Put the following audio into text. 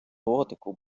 ротику